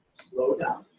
slow down.